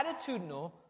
attitudinal